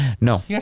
No